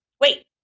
Wait